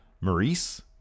Maurice